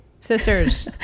sisters